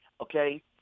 Okay